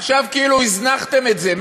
עכשיו כאילו הזנחתם את זה.